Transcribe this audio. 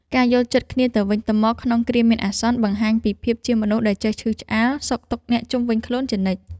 ការយល់ចិត្តគ្នាទៅវិញទៅមកក្នុងគ្រាមានអាសន្ន បង្ហាញពីភាពជាមនុស្សដែលចេះឈឺឆ្អាលសុខទុក្ខអ្នកជុំវិញខ្លួនជានិច្ច។